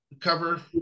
cover